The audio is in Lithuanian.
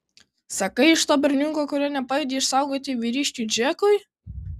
sakai iš to berniuko kurio nepajėgei išsaugoti vyriškiui džekui